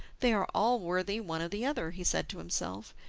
they are all worthy one of the other, he said to himself,